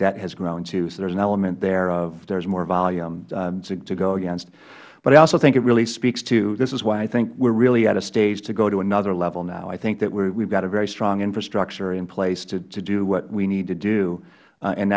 debt has grown too so there is an element there of there is more volume to go against but i also think it really speaks to this is why i think we are really at a stage to go to another level now i think that we have a very strong infrastructure in place to do what we need to do and